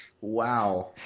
Wow